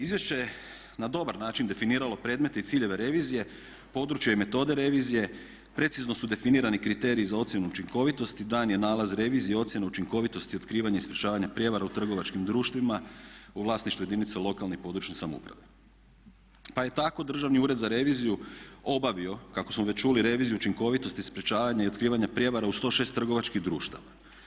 Izvješće je na dobar način definiralo predmete i ciljeve revizije, područje i metode revizije, precizno su definirani kriteriji za ocjenu učinkovitosti, dan je nalaz revizije, ocjena učinkovitosti otkrivanja i sprječavanja prijevara u trgovačkim društvima u vlasništvu jedinica lokalne i područne samouprave, pa je tako Državni ured za reviziju obavio kako smo već čuli reviziju učinkovitosti sprječavanja i otkrivanja prijevara u 106 trgovačkih društava.